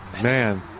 Man